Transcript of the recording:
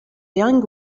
young